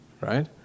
right